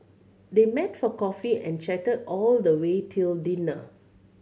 they met for coffee and chatted all the way till dinner